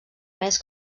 més